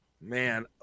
Man